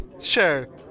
sure